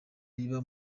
riba